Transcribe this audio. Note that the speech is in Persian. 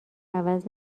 عوض